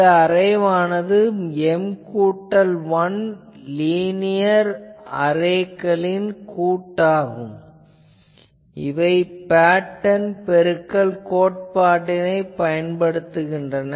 இந்த அரேவானது M கூட்டல் 1 லீனியர் அரேக்களின் கூட்டாகும் இவை பேட்டர்ன் பெருக்கல் கோட்பாட்டினைப் பயன்படுத்துகின்றன